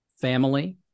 family